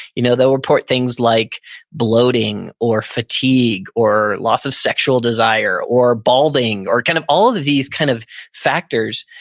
you know they'll report things like bloating or fatigue or loss of sexual desire or balding or kind of all of these kind of factors,